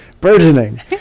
Burgeoning